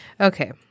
Okay